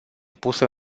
pusă